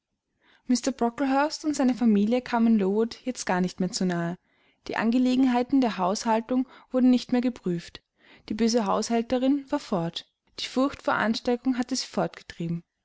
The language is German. brocklehurst und seine familie kamen lowood jetzt gar nicht mehr zu nahe die angelegenheiten der haushaltung wurden nicht mehr geprüft die böse haushälterin war fort die furcht vor ansteckung hatte sie